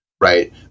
right